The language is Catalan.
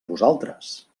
vosaltres